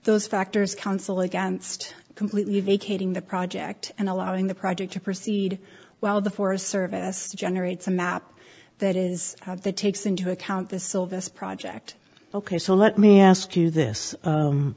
those factors council against completely vacating the project and allowing the project to proceed while the forest service generates a map that is the takes into account the silvis project ok so let me ask you this